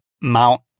Mount